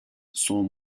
sans